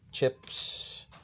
Chips